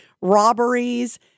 robberies